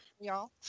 y'all